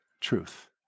truth